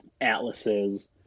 atlases